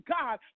God